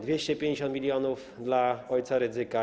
250 mln zł dla ojca Rydzyka?